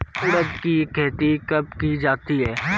उड़द की खेती कब की जाती है?